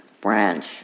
branch